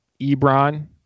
Ebron